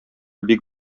бик